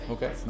Okay